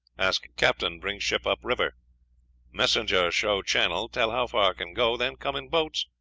ask captain bring ship up river messenger show channel, tell how far can go, then come in boats,